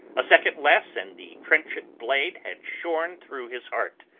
a second less and the trenchant blade had shorne through his heart.